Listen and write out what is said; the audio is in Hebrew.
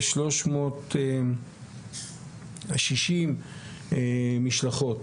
כ-360 משלחות.